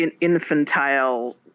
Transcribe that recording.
infantile